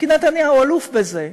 כי נתניהו אלוף בזה,